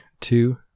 two